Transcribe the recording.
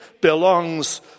belongs